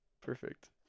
Perfect